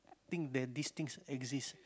think that theses things exist